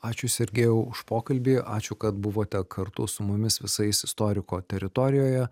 ačiū sergijau už pokalbį ačiū kad buvote kartu su mumis visais istoriko teritorijoje